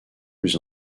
plus